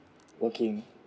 working